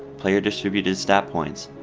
player distributed stat points,